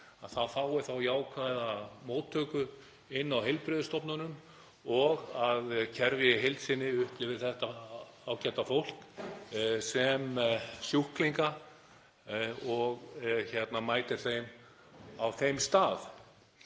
fíklar fái jákvæða móttöku inni á heilbrigðisstofnunum. Og að kerfið í heild sinni upplifi það ágæta fólk sem sjúklinga og mæti þeim á þeim stað.